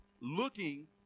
looking